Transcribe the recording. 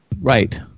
Right